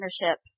partnership